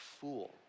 fool